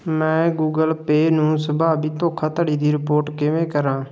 ਮੈਂ Google Pay ਨੂੰ ਸੰਭਾਵੀ ਧੋਖਾਧੜੀ ਦੀ ਰਿਪੋਰਟ ਕਿਵੇਂ ਕਰਾਂ